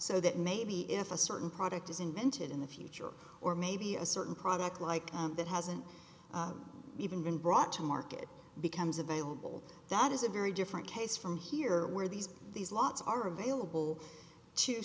so that maybe if a certain product is invented in the future or maybe a certain product like that hasn't even been brought to market becomes available that is a very different case from here where these these lots are available to